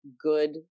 good